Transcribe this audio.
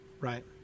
right